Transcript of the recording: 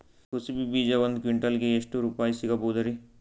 ಕುಸಬಿ ಬೀಜ ಒಂದ್ ಕ್ವಿಂಟಾಲ್ ಗೆ ಎಷ್ಟುರುಪಾಯಿ ಸಿಗಬಹುದುರೀ?